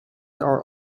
are